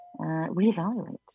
reevaluate